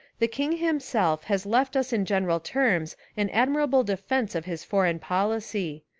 the king himself has left us in general terms an admirable defence of his foreign policy.